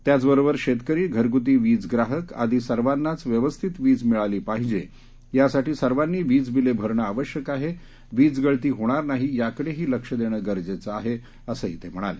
त्याचबरोबर शेतकरी घरगुती वीज ग्राहक आदी सर्वांनाच व्यवस्थित वीज मिळाली पाहिजे यासाठी सर्वांनी वीजबिले भरणं आवश्यक आहे वीजगळती होणार नाही याकडेही लक्ष देणं गरजेचं आहे असंही ते म्हणाले